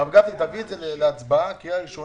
הרב גפני, תביא את זה להצבעה לקריאה ראשונה.